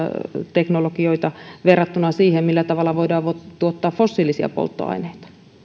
teknologioita verrattuna siihen millä tavalla voidaan tuottaa fossiilisia polttoaineita